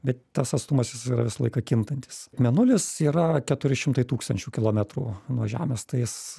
bet tas atstumas jis yra visą laiką kintantis mėnulis yra keturi šimtai tūkstančių kilometrų nuo žemės tai jis